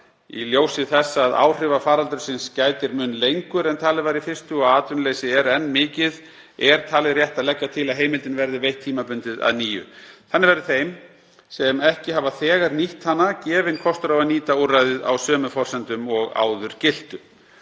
Í ljósi þess að áhrifa faraldursins gætir mun lengur en talið var í fyrstu og að atvinnuleysi er enn mikið er talið rétt að leggja til að heimildin verði veitt tímabundið að nýju. Þannig verði þeim sem ekki hafa þegar nýtt hana gefinn kostur á að nýta úrræðið á sömu forsendum og áður giltu.